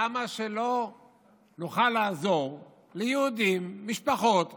למה שלא נוכל לעזור ליהודים, למשפחות גדולות.